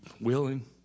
willing